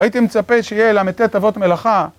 הייתי מצפה שיהיה ל"ט אבות מלאכה